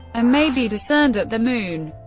ah may be discerned at the moon.